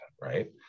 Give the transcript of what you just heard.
right